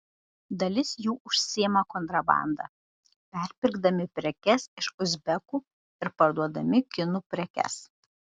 dalis jų užsiima kontrabanda perpirkdami prekes iš uzbekų ir parduodami kinų prekes